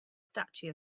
statue